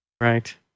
Right